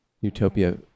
Utopia